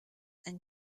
and